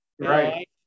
Right